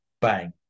bang